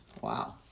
wow